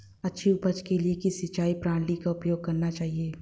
अच्छी उपज के लिए किस सिंचाई प्रणाली का उपयोग करना चाहिए?